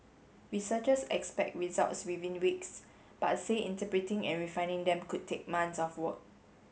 researchers expect results within weeks but say interpreting and refining them could take months of work